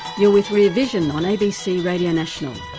you're with rear vision on abc radio national.